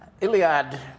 Iliad